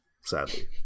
sadly